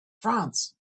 france